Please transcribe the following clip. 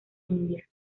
india